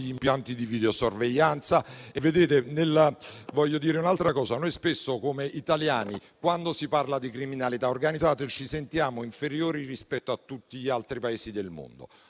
gli impianti di videosorveglianza. Voglio dire un'altra cosa. Spesso, come italiani, quando si parla di criminalità organizzata, ci sentiamo inferiori rispetto a tutti gli altri Paesi del mondo.